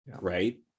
right